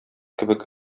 кебек